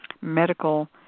medical